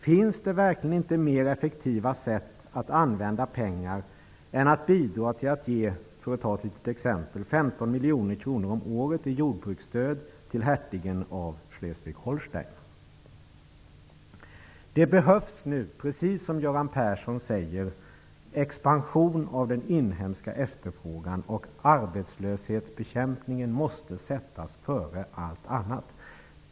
Finns det verkligen inte mer effektiva sätt att använda pengar än att bidra till att ge, för att ta ett litet exempel, 15 miljoner kronor om året i jordbruksstöd till hertigen av Schleswig Det behövs nu, precis som Göran Persson säger, expansion av den inhemska efterfrågan, och arbetslöshetsbekämpningen måste sättas före allt annat.